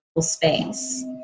space